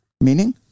Meaning